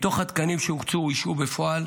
מתוך התקנים שהוקצו, אוישו בפועל